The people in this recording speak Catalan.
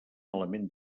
element